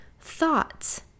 thoughts